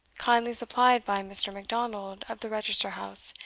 kindly supplied by mr. macdonald of the register house,